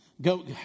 Go